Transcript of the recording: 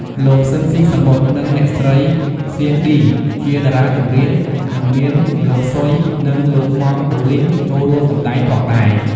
លោក ស៊ិន ស៊ីសាមុត និង លោកស្រី សៀង ឌី ជាតារាចម្រៀង និង មាន លោកស៊ុយ និងលោកម៉ង់ដូលីន ចូលរួមសម្តែងផងដែរ។